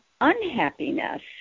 unhappiness